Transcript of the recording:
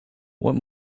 what